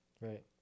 Right